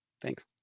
Thanks